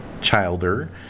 childer